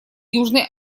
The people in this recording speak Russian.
южной